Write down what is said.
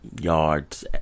yards